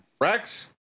Rex